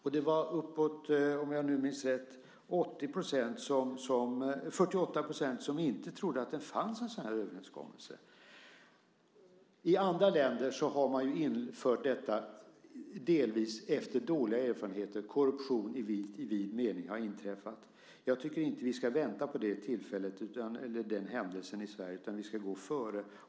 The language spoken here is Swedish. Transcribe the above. Uppemot 48 %, om jag minns rätt, trodde inte att det fanns en sådan här överenskommelse. I andra länder har man infört detta delvis utifrån dåliga erfarenheter - korruption i vid mening har inträffat. Jag tycker inte att vi ska vänta på en sådan händelse i Sverige, utan vi ska gå före.